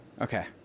okay